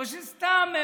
או שסתם,